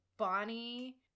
Bonnie